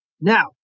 Now